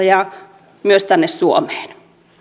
ja myös tänne suomeen